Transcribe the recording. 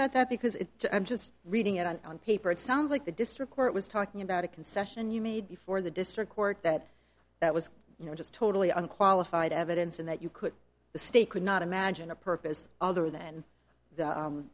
about that because it i'm just reading it on paper it sounds like the district court was talking about a concession you made before the district court that that was just totally unqualified evidence and that you could the state could not imagine a purpose other than the